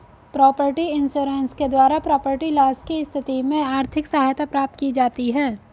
property insurance के द्वारा property loss की स्थिति में आर्थिक सहायता प्राप्त की जाती है